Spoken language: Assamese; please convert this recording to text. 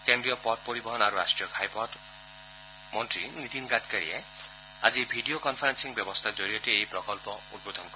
কেন্দ্ৰীয় পথ পৰিবহণ আৰু ৰাষ্ট্ৰীয় ঘাইপথ মন্ত্ৰী নীতীন গাডকাৰীয়ে আজি ভিডিঅ' কনফাৰেলিং ব্যৱস্থাৰ জৰিয়তে এই প্ৰকল্প উদ্বোধন কৰিব